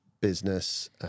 business